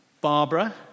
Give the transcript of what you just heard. Barbara